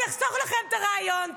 אני אחסוך לכם את הריאיון,